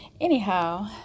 Anyhow